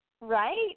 Right